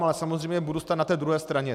Ale samozřejmě budu stát na té druhé straně.